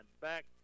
Back